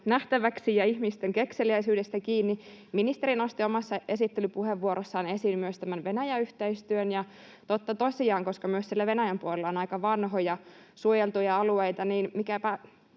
nähtäväksi ja ihmisten kekseliäisyydestä kiinni. Ministeri nosti omassa esittelypuheenvuorossaan esiin myös Venäjä-yhteistyön, ja totta tosiaan, koska myös siellä Venäjän puolella on aika vanhoja suojeltuja alueita,